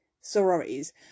sororities